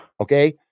Okay